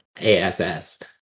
ASS